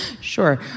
Sure